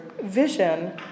vision